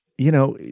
you know,